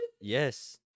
Yes